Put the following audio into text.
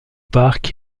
parc